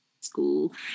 school